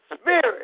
spirit